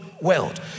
world